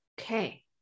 Okay